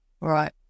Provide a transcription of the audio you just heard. Right